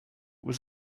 was